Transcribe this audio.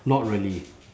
not really